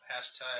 hashtag